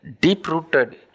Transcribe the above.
deep-rooted